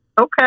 Okay